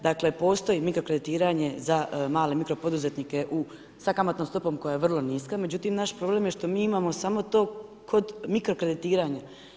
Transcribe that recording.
Dakle, postoji mikro kreditiranje za male i mikro poduzetnike sa kamatnom stopom koja je vrlo niska međutim naš problem je što mi imamo samo to kod mikro kreditiranja.